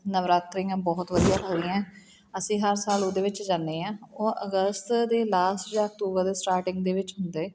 ਨਵਰਾਤਰੀਆਂ ਬਹੁਤ ਵਧੀਆ ਅਸੀਂ ਹਰ ਸਾਲ ਉਹਦੇ ਵਿੱਚ ਜਾਂਦੇ ਹਾਂ ਉਹ ਅਗਸਤ ਦੇ ਲਾਸਟ ਜਾਂ ਅਕਤੂਬਰ ਦੇ ਸਟਾਰਟਿੰਗ ਦੇ ਵਿੱਚ ਹੁੰਦੇ